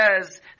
says